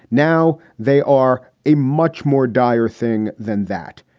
now they are a much more dire thing than that.